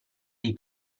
dei